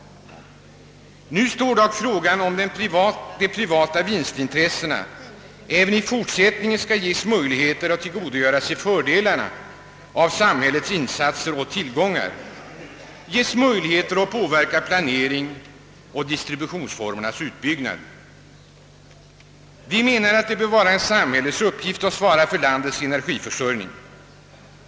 Nu återstår dock frågan om de privata vinstintressena även i fortsättningen skall ges möjligheter att tillgodogöra sig fördelarna av samhällets insatser och tillgångar samt ges möjligheter att påverka planeringen och distributionsformernas uppbyggnad. Det bör vara en samhällets uppgift att svara för landets energiförsörjning.